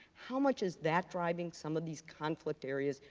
how much is that driving some of these conflict areas,